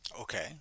Okay